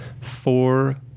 Four